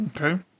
Okay